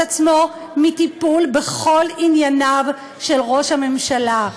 עצמו מטיפול בכל ענייניו של ראש הממשלה.